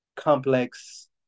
complex